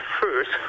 first